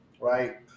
right